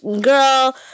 girl